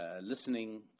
listening